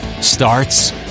starts